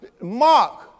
Mark